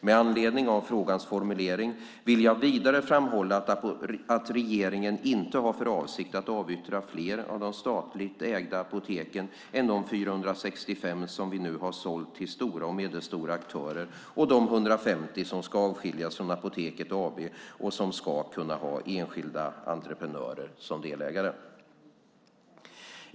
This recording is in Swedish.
Med anledning av frågans formulering vill jag vidare framhålla att regeringen inte har för avsikt att avyttra fler av de statligt ägda apoteken än de 465 som vi nu har sålt till stora och medelstora aktörer och de 150 som ska avskiljas från Apoteket AB och som ska kunna ha enskilda entreprenörer som delägare.